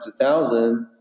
2000